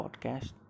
podcast